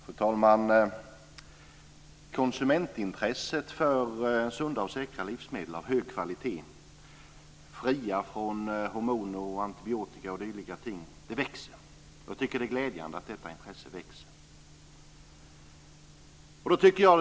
Fru talman! Konsumentintresset för sunda och säkra livsmedel av hög kvalitet fria från hormoner, antibiotika och dylika ting växer. Jag tycker att det är glädjande att detta intresse växer.